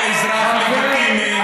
אתה לא לגיטימי,